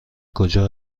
کجا